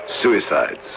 Suicides